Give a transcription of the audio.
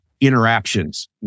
interactions